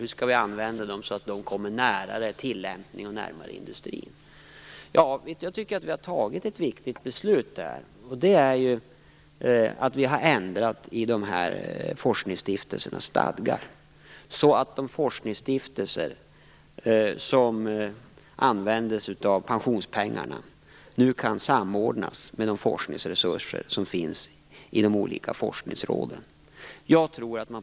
Hur skall vi använda dem så att de kommer närmare tillämpning och närmare industrin? Vi har fattat ett viktigt beslut här. Vi har genomfört en ändring i forskningsstiftelsernas stadgar. De forskningsstiftelser som förfogar över pensionspengarna kan nu samordnas med de forskningsresurser som finns i de olika forskningsråden.